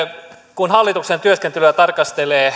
kun hallituksen työskentelyä tarkastelee